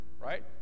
Right